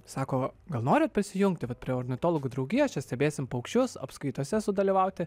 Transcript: sako gal norit prisijungti vat prie ornitologų draugijos čia stebėsime paukščius apskaitose sudalyvauti